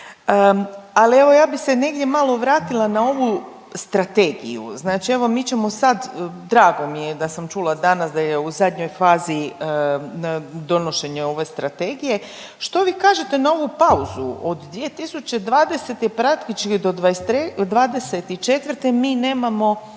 Ali evo ja bi se negdje malo vratila na ovu strategiju, znači evo mi ćemo sad, drago mi je da sam čula danas da je u zadnjoj fazi donošenje ove strategije. Što vi kažete na ovu pauzu, od 2020. praktički do '24. mi nemamo